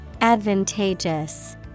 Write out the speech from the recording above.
Advantageous